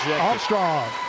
Armstrong